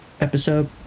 Episode